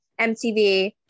mtv